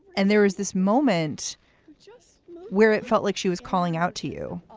and there was this moment just where it felt like she was calling out to you